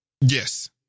Yes